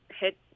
hit